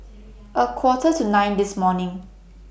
A Quarter to nine This morning